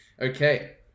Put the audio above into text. Okay